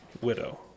Widow